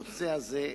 הנושא הזה,